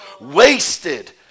Wasted